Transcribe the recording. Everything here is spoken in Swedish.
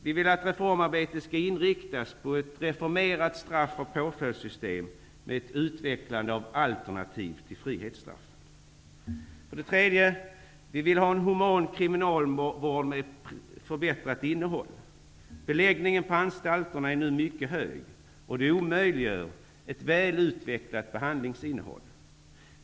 Vi vill att reformarbetet skall inriktas på ett reformerat straff och påföljdssystem med ett utvecklande av alternativ till frihetsstraff. Vi vill ha en human kriminalvård med förbättrat innehåll. Beläggningen på anstalterna är nu mycket hög, och det omöjliggör ett väl utvecklat behandlingsinnehåll.